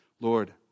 Lord